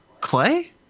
Clay